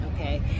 Okay